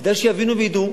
כדאי שיבינו וידעו.